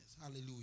Hallelujah